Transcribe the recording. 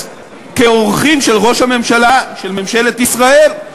כאורחים של ראש הממשלה של ממשלת ישראל,